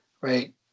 right